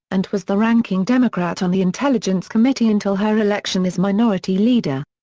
and was the ranking democrat on the intelligence committee until her election as minority leader.